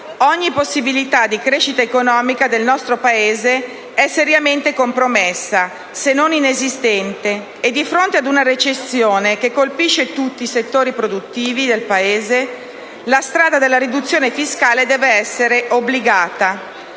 ogni possibilità di crescita economica del nostro Paese è seriamente compromessa, se non inesistente. Di fronte ad una recessione che colpisce tutti i settori produttivi del Paese, la strada della riduzione fiscale deve essere obbligata